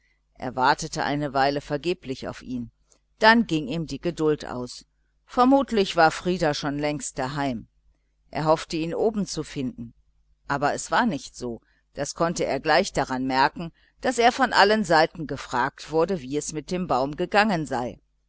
wartete eine weile vergeblich auf ihn dann ging ihm die geduld aus vermutlich war frieder schon längst daheim er hoffte ihn oben zu finden aber es war nicht so das konnte er gleich daran merken daß er von allen seiten gefragt wurde wie es mit dem baum gegangen sei